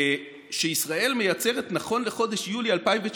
שישראל מייצרת, נכון לחודש יולי 2019,